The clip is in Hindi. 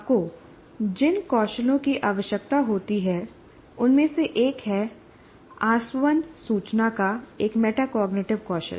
आपको जिन कौशलों की आवश्यकता होती है उनमें से एक है आसवन सूचना का एक मेटाकॉग्निटिव कौशल